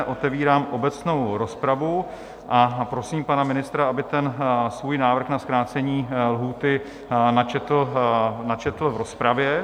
Otevírám obecnou rozpravu a prosím pana ministra, aby ten svůj návrh na zkrácení lhůty načetl v rozpravě.